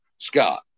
Scott